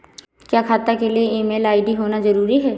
क्या खाता के लिए ईमेल आई.डी होना जरूरी है?